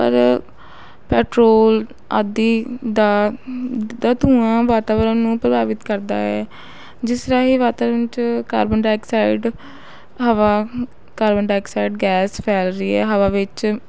ਪਰ ਪੈਟਰੋਲ ਆਦਿ ਦਾ ਦਾ ਧੂੰਆਂ ਵਾਤਾਵਰਨ ਨੂੰ ਪ੍ਰਭਾਵਿਤ ਕਰਦਾ ਹੈ ਜਿਸ ਰਾਹੀਂ ਵਾਤਾਵਰਨ 'ਚ ਕਾਰਬਨ ਡਾਇਆਕਸਾਈਡ ਹਵਾ ਕਾਰਬਨ ਡਾਇਆਕਸਾਈਡ ਗੈਸ ਫੈਲ ਰਹੀ ਹੈ ਹਵਾ ਵਿੱਚ